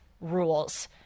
rules